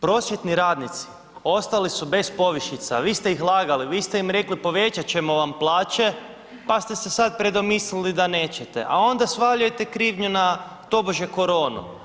Prosvjetni radnici ostali su bez povišica, a vi ste ih lagali, vi ste im rekli povećat ćemo vam plaće pa ste se sada predomislili da nećete, a onda svaljujete krivnju tobože na koronu.